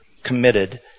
committed